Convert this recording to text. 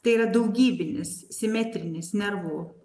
tai yra daugybinis simetrinis nervų